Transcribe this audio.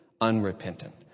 Unrepentant